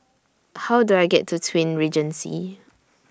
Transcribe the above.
How Do I get to Twin Regency